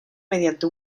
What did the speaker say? mediante